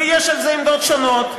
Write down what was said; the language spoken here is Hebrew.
ויש בזה עמדות שונות,